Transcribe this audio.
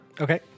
Okay